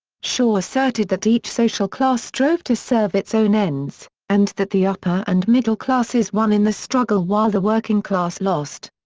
shaw asserted that each social class strove to serve its own ends, and that the upper and middle classes won in the struggle while the working class lost.